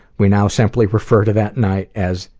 we now simply refer to that night as,